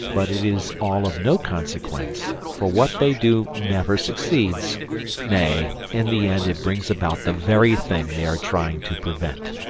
but it is all of no consequence, for what they do never succeeds nay, in the end it brings about the very thing they are trying to prevent.